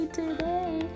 today